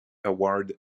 award